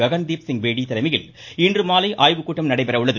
ககன் தீப் சிங் பேடி தலைமையில் இன்றுமாலை ஆய்வுக்கூட்டம் நடைபெற உள்ளது